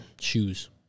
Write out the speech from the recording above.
Shoes